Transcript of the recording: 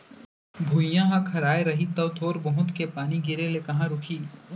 भुइयॉं ह खराय रही तौ थोर बहुत के पानी गिरे ले कहॉं रूकही